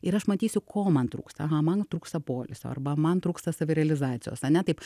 ir aš matysiu ko man trūksta aha man trūksta poilsio arba man trūksta savirealizacijos ane taip